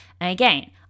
Again